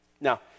Now